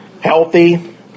healthy